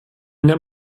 nennt